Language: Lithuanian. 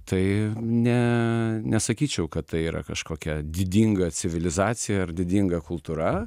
tai ne nesakyčiau kad tai yra kažkokia didinga civilizacija ar didinga kultūra